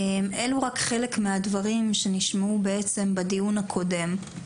אלו רק חלק מהדברים שנשמעו בעצם בדיון הקודם.